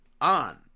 on